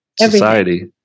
society